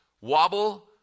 wobble